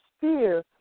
fear